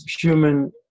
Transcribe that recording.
human